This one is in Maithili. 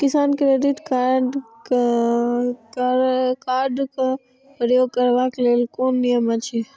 किसान क्रेडिट कार्ड क प्रयोग करबाक लेल कोन नियम अछि?